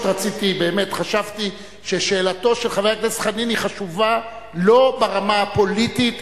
חשבתי ששאלתו של חבר הכנסת חנין חשובה לא ברמה הפוליטית,